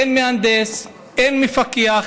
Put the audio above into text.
אין מהנדס, אין מפקח.